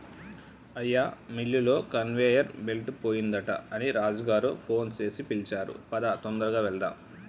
అయ్యా మిల్లులో conveyor belt పోయిందట అని రాజు గారు ఫోన్ సేసి పిలిచారు పదా తొందరగా వెళ్దాము